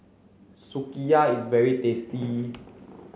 Sukiya is very tasty